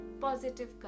positive